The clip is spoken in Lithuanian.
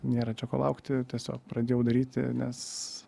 nėra čia ko laukti tiesiog pradėjau daryti nes